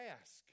ask